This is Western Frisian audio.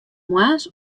moarns